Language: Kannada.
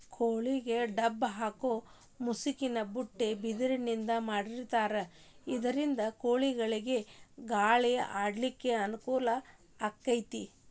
ಕೋಳಿಗೆ ಡಬ್ಬ ಹಾಕು ಮುಸುಕಿನ ಬುಟ್ಟಿ ಬಿದಿರಿಂದ ಮಾಡಿರ್ತಾರ ಇದರಿಂದ ಕೋಳಿಗಳಿಗ ಗಾಳಿ ಆಡ್ಲಿಕ್ಕೆ ಅನುಕೂಲ ಆಕ್ಕೆತಿ